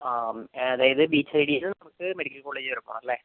ആ അതായത് ബീച്ച് സൈഡീൽ നിന്നു നമുക്ക് മെഡിക്കൽ കോളേജ് വരെ പോകണം അല്ലേ